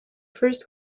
first